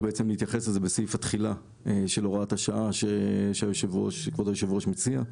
להתייחס לזה בסעיף התחילה של הוראת השעה שכבוד היושב-ראש מציע.